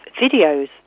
videos